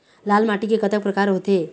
लाल माटी के कतक परकार होथे?